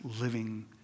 living